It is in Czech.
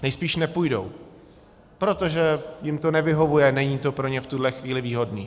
Nejspíš nepůjdou, protože jim to nevyhovuje, není to pro ně v tuhle chvíli výhodné.